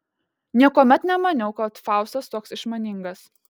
niekuomet nemaniau kad faustas toks išmaningas